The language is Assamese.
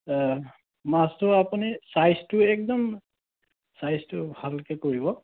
মাছটো আপুনি চাইজটো একদম চাইজটো ভালকে কৰিব